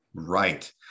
right